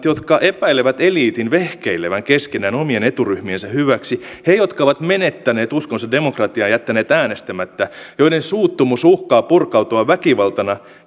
jotka epäilevät eliitin vehkeilevän keskenään omien eturyhmiensä hyväksi niiden jotka ovat menettäneet uskonsa demokratiaan ja jättäneet äänestämättä joiden suuttumus uhkaa purkautua väkivaltana